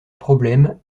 problème